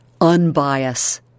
unbiased